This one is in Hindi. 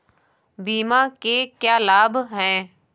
बीमा के क्या लाभ हैं?